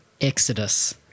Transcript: Exodus